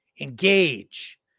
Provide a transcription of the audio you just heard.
engage